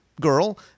girl